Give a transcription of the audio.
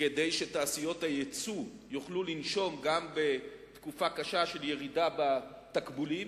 כדי שתעשיות היצוא יוכלו "לנשום" גם בתקופה קשה של ירידה בתקבולים.